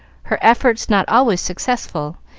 her efforts not always successful,